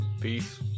Peace